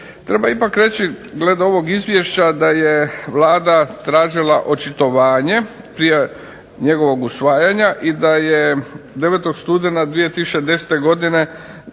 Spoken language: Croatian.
Treba ipak reći glede ovog Izvješća, da je Vlada tražila očitovanje prije njegovog usvajanja i da je 9. studena 2010. godine